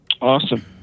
Awesome